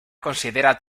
considera